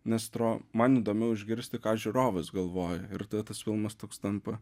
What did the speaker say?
nes atrodo man įdomiau išgirsti ką žiūrovas galvoja ir tada tas filmas toks tampa